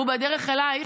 הוא בדרך אלייך,